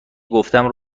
گفتم